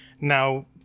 Now